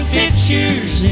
pictures